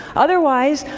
otherwise,